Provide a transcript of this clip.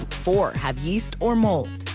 four have yeast or mould.